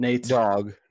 dog